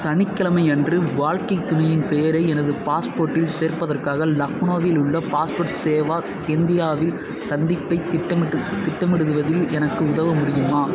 சனிக்கிழமை அன்று வாழ்க்கைத் துணையின் பெயரை எனது பாஸ்போர்ட்டில் சேர்ப்பதற்காக லக்னோவில் உள்ள பாஸ்போர்ட் சேவா கேந்திராவில் சந்திப்பைத் திட்டமிடு திட்டமிடுவதில் எனக்கு உதவ முடியுமா